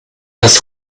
das